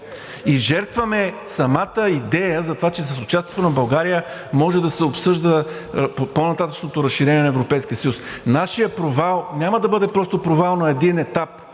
и жертваме самата идея за това, че с участието на България може да се обсъжда по-нататъшното разширение на Европейския съюз. Нашият провал няма да бъде просто провал на един етап